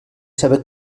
saber